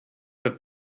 that